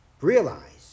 realize